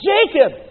Jacob